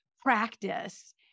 practice